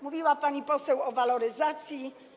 Mówiła pani poseł o waloryzacji.